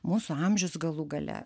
mūsų amžius galų gale